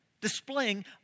Displaying